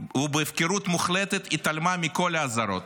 ובהפקרות מוחלטת התעלמה מכל האזהרות.